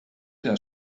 der